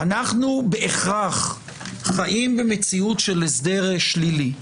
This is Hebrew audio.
אנחנו בהכרח חיים במציאות של הסדר שלילי,